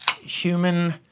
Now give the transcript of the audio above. human